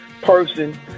person